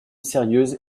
sérieuse